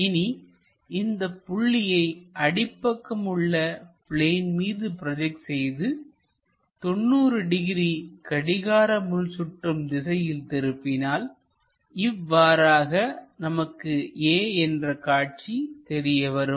இனி இந்தப் புள்ளியை அடிப்பக்கம் உள்ள பிளேன் மீது ப்ரோஜெக்ட் செய்து 90 டிகிரி கடிகார முள் சுற்றும் திசையில் திருப்பினால்இவ்வாறாக நமக்கு a என்ற காட்சி தெரியவரும்